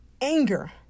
anger